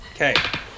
Okay